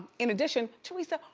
in addition, teresa,